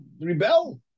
rebel